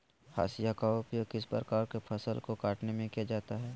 हाशिया का उपयोग किस प्रकार के फसल को कटने में किया जाता है?